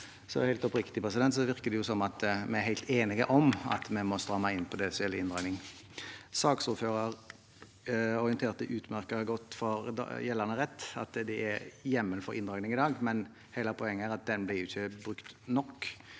Helt oppriktig: Det virker som vi er helt enige om at vi må stramme inn på det som gjelder inndragning. Saksordføreren orienterte utmerket for gjeldende rett og at det er hjemmel for inndragning i dag, men hele poenget er jo at den ikke blir brukt nok.